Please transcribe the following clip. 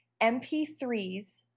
MP3s